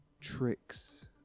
tricks